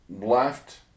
left